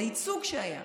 לייצוג שהיה.